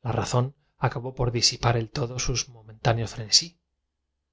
la razón acabó por disipar del haber oído voces agudas el mozo era presa de esa violenta emoción todo su